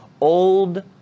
old